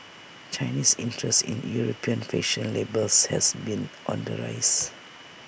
Chinese interest in european fashion labels has been on the rise